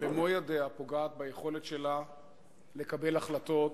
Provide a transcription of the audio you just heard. במו-ידיה, פוגעת ביכולת שלה לקבל החלטות,